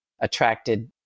attracted